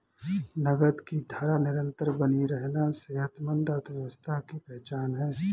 नकद की धारा निरंतर बनी रहना सेहतमंद अर्थव्यवस्था की पहचान है